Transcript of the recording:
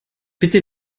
bitte